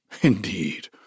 indeed